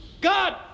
God